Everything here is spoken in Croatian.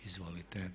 Izvolite.